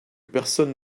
personne